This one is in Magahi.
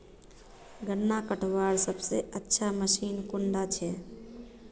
गन्ना कटवार सबसे अच्छा मशीन कुन डा छे?